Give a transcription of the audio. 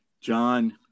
john